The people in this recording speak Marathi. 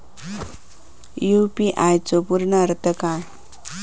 यू.पी.आय चो पूर्ण अर्थ काय?